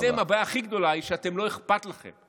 ואתם, הבעיה הכי גדולה היא שאתם, לא אכפת לכם.